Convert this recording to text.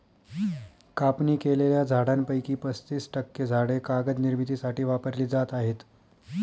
कापणी केलेल्या झाडांपैकी पस्तीस टक्के झाडे कागद निर्मितीसाठी वापरली जात आहेत